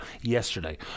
yesterday